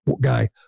guy